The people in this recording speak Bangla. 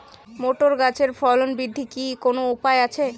মোটর গাছের ফলন বৃদ্ধির কি কোনো উপায় আছে?